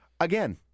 Again